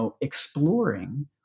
exploring